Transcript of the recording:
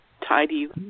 tidy